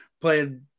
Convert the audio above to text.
playing